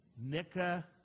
Nica